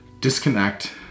disconnect